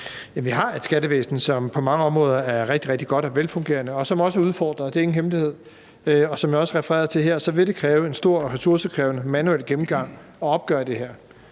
Vi har et skattevæsen, som på mange områder er rigtig, rigtig godt og velfungerende, men som også er udfordret – det er ingen hemmelighed. Som jeg også refererede til her, vil det kræve en stor og ressourcekrævende manuel gennemgang at opgøre det her.